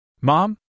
Mom